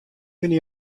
kinne